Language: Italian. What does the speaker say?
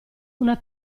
una